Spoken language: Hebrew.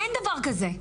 אין דבר כזה.